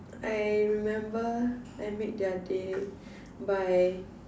I remember I made their day by